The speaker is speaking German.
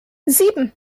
sieben